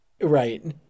Right